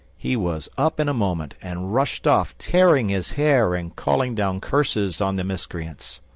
he was up in a moment, and rushed off, tearing his hair and calling down curses on the miscreants.